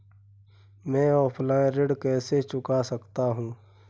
मैं ऑफलाइन ऋण कैसे चुका सकता हूँ?